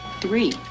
Three